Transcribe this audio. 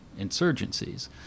insurgencies